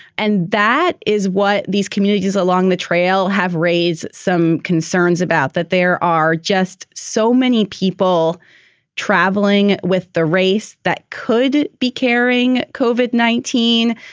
and that is what these communities along the trail have raised some concerns about, that there are just so many people traveling with the race that could be carrying kovac, nineteen.